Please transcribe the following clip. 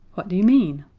what do you mean?